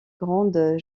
grandes